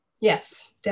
Yes